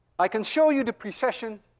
i can show you the precession